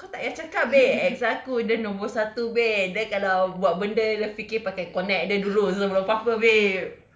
kau tak payah cakap babe ex aku dia nombor satu babe dia kalau buat benda dia fikir pakai konek jer dulu sebelum apa-apa babe